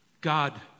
God